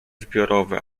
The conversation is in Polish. zbiorowe